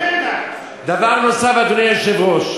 דבר נוסף, אדוני היושב-ראש.